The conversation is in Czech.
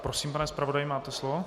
Prosím, pane zpravodaji, máte slovo.